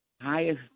highest